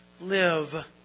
live